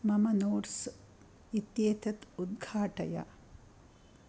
मम नोट्स् इत्येतत् उद्घाटय